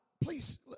please